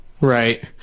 Right